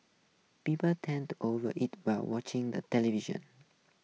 people tend to over eat while watching the television